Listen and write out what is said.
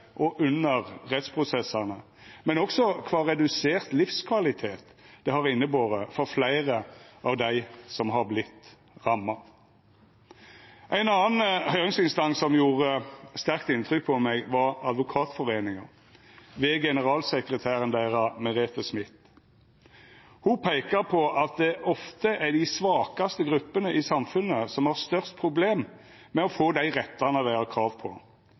og under rettsprosessane, men også kva redusert livskvalitet det har innebore for fleire av dei som har vorte ramma. Ein annan høyringsinstans som gjorde sterkt inntrykk på meg, var Advokatforeningen, ved generalsekretær Merete Smith. Ho peika på at det ofte er dei svakaste gruppene i samfunnet som har størst problem med å få dei rettane dei har krav på,